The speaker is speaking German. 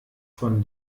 von